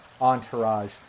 entourage